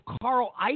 Carl